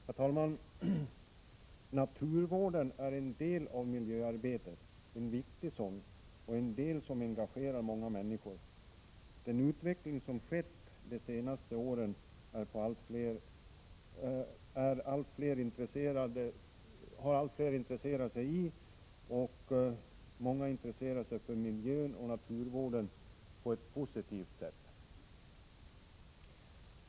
Herr talman! Naturvården är en del av miljövårdsarbetet, en viktig sådan och en del som engagerar många människor. Den utveckling som skett de senaste åren, då allt fler intresserat sig för miljö och naturvård, är positiv.